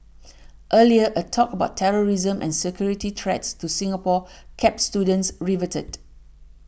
earlier a talk about terrorism and security threats to Singapore kept students riveted